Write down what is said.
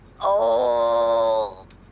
Old